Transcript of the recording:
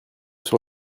sur